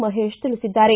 ಮಹೇಶ್ ತಿಳಿಸಿದ್ದಾರೆ